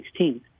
2016